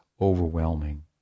overwhelming